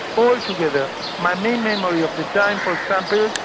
altogether my main memory of the time for example,